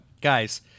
guys